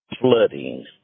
flooding